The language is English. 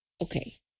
Okay